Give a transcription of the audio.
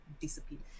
disappeared